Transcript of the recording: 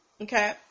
Okay